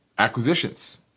Acquisitions